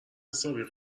حسابی